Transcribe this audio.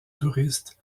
touristes